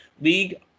league